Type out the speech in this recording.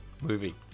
movie